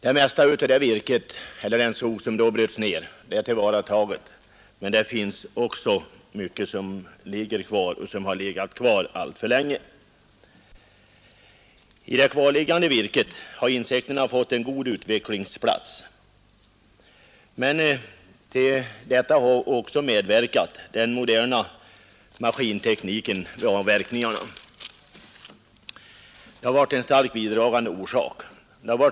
Det mesta av den skog som då bröts ner är då tillvarataget. men mycket ligger kvar och har legat kvar alltför länge. I det kvarliggande virket har insekterna fått en god utvecklingsplats. men den moderna maskintekniken vid avverkningarna har varit en starkt bidragande orsak.